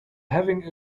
having